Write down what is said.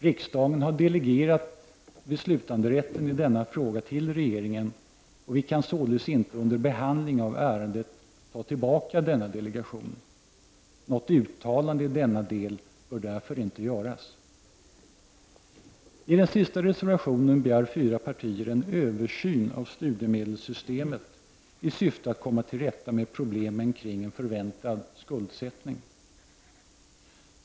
Riksdagen har delegerat beslutanderätten i denna fråga till regeringen, och vi kan således inte under behandling av ärendet ta tillbaka denna delegering. Något uttalande i denna del bör därför inte göras. I den sista reservationen begär fyra partier en översyn av studiemedelssystemet i syfte att komma till rätta med problemen kring en förväntad skuldsättning.